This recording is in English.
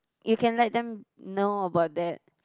you can let them know about that